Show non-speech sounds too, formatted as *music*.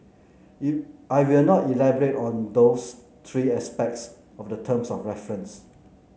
*unintelligible* I will now elaborate on those three aspects of the terms of reference